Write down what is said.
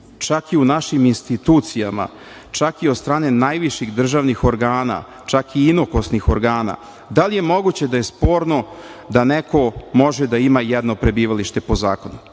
čak i u našim institucijama, čak i od strane najviših državnih organa, čak i inokosnih organa, da je sporno da neko može da ima jedno prebivalište po zakonu?